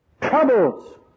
troubles